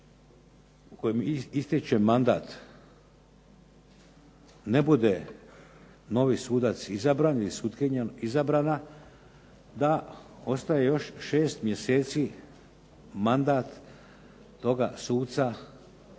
kojem istječe mandat ne bude novi sudac izabran ili sutkinja izabrana da ostaje još 6 mjeseci mandat toga suca